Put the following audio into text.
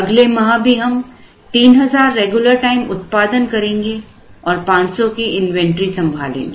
अगले माह भी हम 3000 रेगुलर टाइम उत्पादन करेंगे और 500 की इन्वेंटरी संभालेंगे